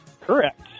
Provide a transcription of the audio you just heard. Correct